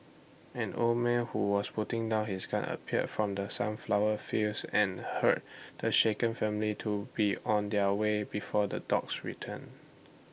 an old man who was putting down his gun appeared from the sunflower fields and hurried the shaken family to be on their way before the dogs return